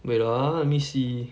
wait ah let me see